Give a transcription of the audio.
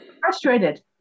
Frustrated